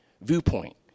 viewpoint